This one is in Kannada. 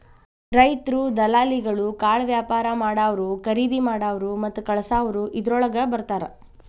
ರೈತ್ರು, ದಲಾಲಿಗಳು, ಕಾಳವ್ಯಾಪಾರಾ ಮಾಡಾವ್ರು, ಕರಿದಿಮಾಡಾವ್ರು ಮತ್ತ ಕಳಸಾವ್ರು ಇದ್ರೋಳಗ ಬರ್ತಾರ